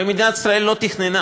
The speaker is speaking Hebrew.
הרי מדינת ישראל לא תכננה